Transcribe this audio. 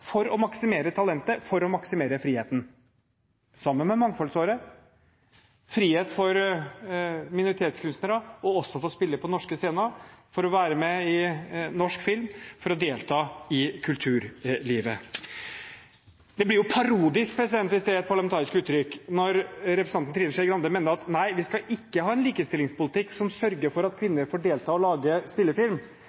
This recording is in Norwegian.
for å maksimere talentet, for å maksimere friheten. Det er det samme med mangfoldsåret: frihet for minoritetskunstnere til også å få spille på norske scener, for å være med i norsk film, for å delta i kulturlivet. Det blir parodisk – hvis det er et parlamentarisk uttrykk – når representanten Trine Skei Grande mener at nei, vi skal ikke ha en likestillingspolitikk som sørger for at